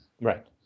Right